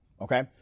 okay